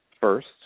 first